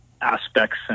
aspects